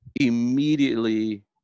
immediately